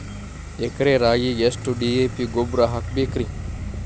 ಎಕರೆ ರಾಗಿಗೆ ಎಷ್ಟು ಡಿ.ಎ.ಪಿ ಗೊಬ್ರಾ ಹಾಕಬೇಕ್ರಿ?